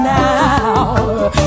now